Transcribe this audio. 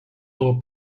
tuo